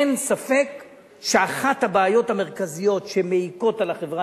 אין ספק שאחת הבעיות המרכזיות שמעיקות על החברה